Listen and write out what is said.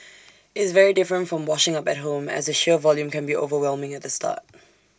it's very different from washing up at home as the sheer volume can be overwhelming at the start